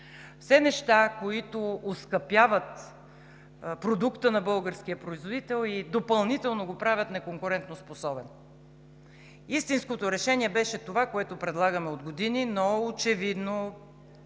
все неща, които оскъпяват продукта на българския производител и допълнително го правят неконкурентоспособен. Истинското решение беше това, което предлагаме от години, но, очевидно,